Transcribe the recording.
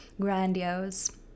grandiose